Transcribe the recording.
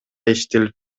иштелип